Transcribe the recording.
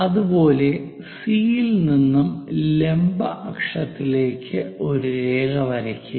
അതുപോലെ സി യിൽ നിന്നും ലംബ അക്ഷത്തിലേക്ക് ഒരു രേഖ വരയ്ക്കുക